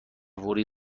فوری